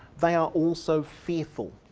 they are also fearful.